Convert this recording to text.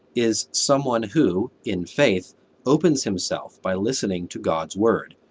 is someone who in faith opens himself by listening to god's word,